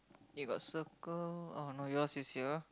they got circle oh no yours is here